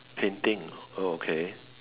can think oh okay